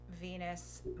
Venus